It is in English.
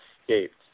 escaped